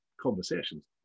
conversations